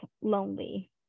lonely